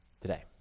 today